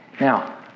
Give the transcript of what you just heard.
Now